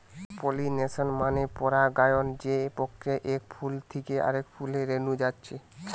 pollination মানে পরাগায়ন যে প্রক্রিয়ায় এক ফুল থিকে আরেক ফুলে রেনু যাচ্ছে